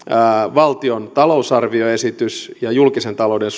valtion talousarvioesitys ja julkisen talouden